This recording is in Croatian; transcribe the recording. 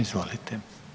Izvolite.